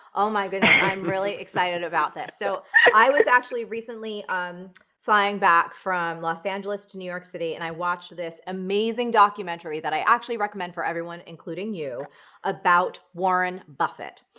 oh my goodness. i'm really excited about this. so i was actually recently um flying back from los angeles to new york city and i watch this amazing documentary that i actually recommend for everyone including you about warren buffett.